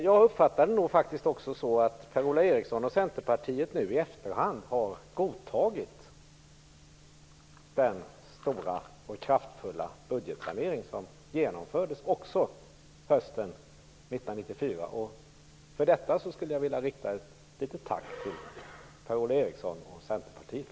Jag uppfattade det så att Per-Ola Eriksson och Centerpartiet nu i efterhand godtagit den stora och kraftfulla budgetsanering som genomfördes hösten 1994. För detta skulle jag vilja rikta ett litet tack till Per-Ola Eriksson och Centerpartiet.